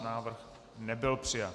Návrh nebyl přijat.